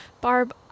Barb